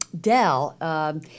Dell